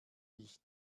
ich